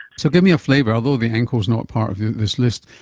so give me a flavour. although the ankle is not part of this list,